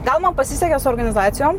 gal man pasisekė su organizacijom